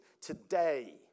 today